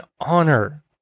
honor